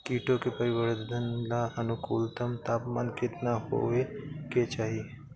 कीटो के परिवरर्धन ला अनुकूलतम तापमान केतना होए के चाही?